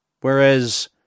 Whereas